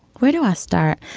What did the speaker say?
where do i start.